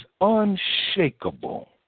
unshakable